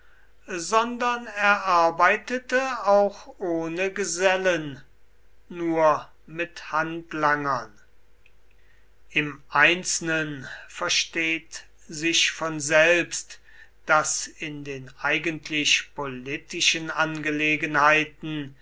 sondern er arbeitete auch ohne gesellen nur mit handlangern im einzelnen versteht sich von selbst daß in den eigentlich politischen angelegenheiten